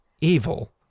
evil